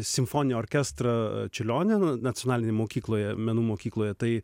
simfoninį orkestrą čiurlionio nu nacionalinėj mokykloje menų mokykloje tai